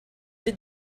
did